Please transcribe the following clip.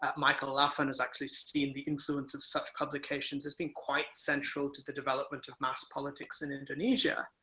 ah michael laffan has actually seen the influence of such publications as being quite central to the development of mass politics in indonesia.